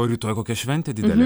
o rytoj kokia šventė didelė